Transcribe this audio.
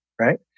Right